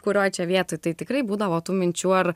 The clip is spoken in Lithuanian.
kurioj čia vietoj tai tikrai būdavo tų minčių ar